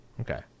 okay